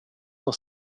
noch